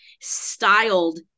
styled